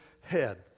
head